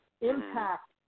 Impact